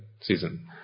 season